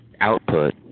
output